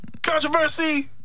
Controversy